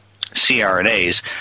CRNAs